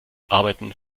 arbeiten